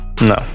No